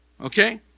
Okay